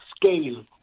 Scale